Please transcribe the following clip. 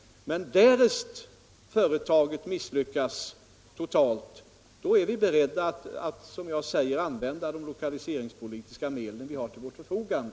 Men därest företaget misslyckas totalt, är vi som jag nämnde beredda att använda de lokaliseringspolitiska medel som vi har till vårt förfogande.